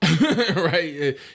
Right